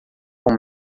com